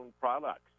products